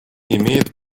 имеет